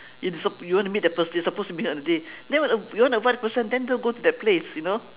you supp~ you want to meet the person you supposed to meet her on the day then when the you want to avoid the person then don't go to that place you know